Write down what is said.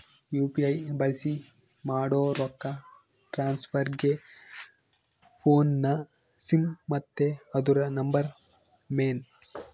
UPI ಬಳ್ಸಿ ಮಾಡೋ ರೊಕ್ಕ ಟ್ರಾನ್ಸ್ಫರ್ಗೆ ಫೋನ್ನ ಸಿಮ್ ಮತ್ತೆ ಅದುರ ನಂಬರ್ ಮೇನ್